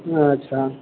अच्छा